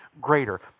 greater